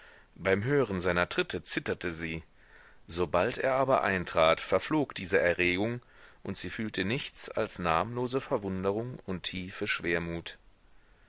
beim hören seiner tritte zitterte sie sobald er aber eintrat verflog diese erregung und sie fühlte nichts als namenlose verwunderung und tiefe schwermut